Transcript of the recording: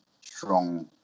strong